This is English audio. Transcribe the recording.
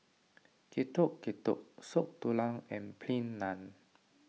Getuk Getuk Soup Tulang and Plain Naan